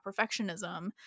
perfectionism